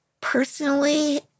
personally